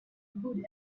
good